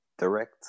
direct